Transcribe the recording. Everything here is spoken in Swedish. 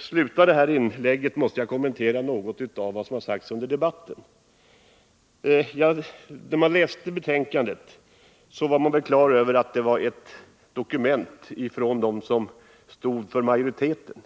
slutar det här inlägget måste jag kommentera något av det som sagts under debatten. När man läste betänkandet blev man på det klara med att det var ett dokument från dem som representerar majoriteten.